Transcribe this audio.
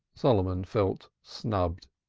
solomon felt snubbed.